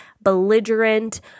belligerent